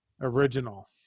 original